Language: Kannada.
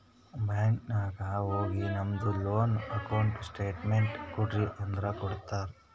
ಬ್ಯಾಂಕ್ ನಾಗ್ ಹೋಗಿ ನಮ್ದು ಲೋನ್ ಅಕೌಂಟ್ ಸ್ಟೇಟ್ಮೆಂಟ್ ಕೋಡ್ರಿ ಅಂದುರ್ ಕೊಡ್ತಾರ್